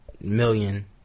million